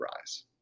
rise